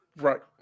Right